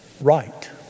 Right